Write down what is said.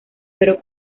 pero